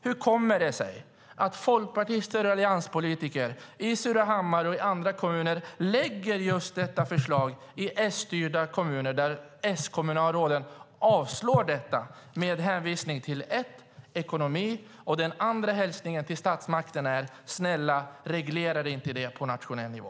Hur kommer det sig att folkpartister och allianspolitiker i Surahammar och i andra kommuner lägger fram dessa förslag i S-styrda kommuner där S-kommunalråden avslår dem med hänvisning till ekonomi och till statsmakten att inte reglera frågorna på nationell nivå?